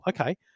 okay